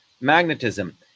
magnetism